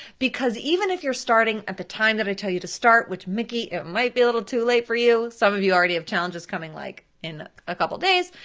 because even if you're starting at the time that i tell you to start, which, mickey, it might be a little too late for you, some of you already have challenges coming like in a couple days.